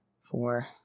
four